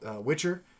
witcher